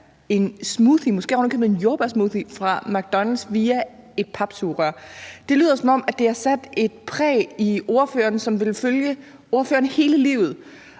en jordbærsmoothie, fra McDonald's via et papsugerør. Det lyder, som om det har afsat en prægning i ordføreren, som vil følge ordføreren hele livet.